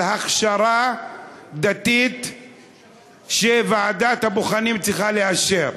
הכשרה דתית שוועדת הבוחנים צריכה לאשר.